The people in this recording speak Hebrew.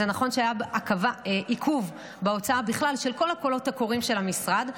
זה נכון שהיה עיכוב בהוצאה של כל הקולות הקוראים של המשרד בכלל.